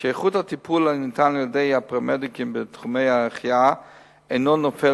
שאיכות הטיפול הניתן על-ידי הפרמדיקים בתחומי החייאה אינו נופל